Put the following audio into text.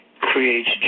creates